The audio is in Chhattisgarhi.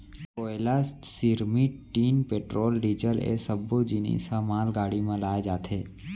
कोयला, सिरमिट, टीन, पेट्रोल, डीजल ए सब्बो जिनिस ह मालगाड़ी म लाए जाथे